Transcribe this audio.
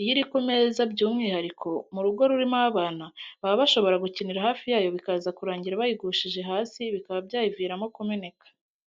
Iyo iri ku meza by'umwihariko mu rugo rurimo abana, baba bashobora gukinira hafi yayo bikaza kurangira bayigushije hasi, bikaba byayiviramo kumeneka.